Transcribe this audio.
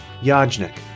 Yajnik